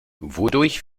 wodurch